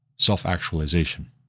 self-actualization